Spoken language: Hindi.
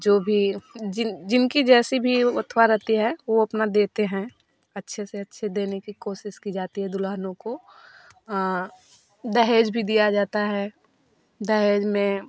जो भी जिनकी जैसी भी रहती है वो अपना देते हैं अच्छे से अच्छे देने की कोशिश की जाती है दुल्हनों को दहेज भी दिया जाता है दहेज में